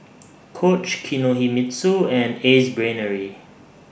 Coach Kinohimitsu and Ace Brainery